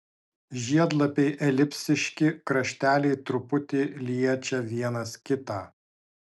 žiedlapiai elipsiški krašteliai truputį liečia vienas kitą